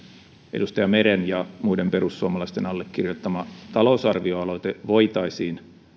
edustaja meren ja muiden perussuomalaisten allekirjoittama talousarvioaloite voitaisiin